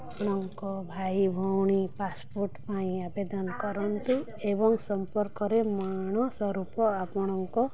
ଆପଣଙ୍କ ଭାଇ ଭଉଣୀ ପାସ୍ପୋର୍ଟ ପାଇଁ ଆବେଦନ କରନ୍ତୁ ଏବଂ ସମ୍ପର୍କରେ ମାଣ ସ୍ୱରୂପ ଆପଣଙ୍କ